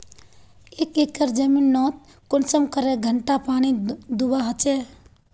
एक एकर जमीन नोत कुंसम करे घंटा पानी दुबा होचए?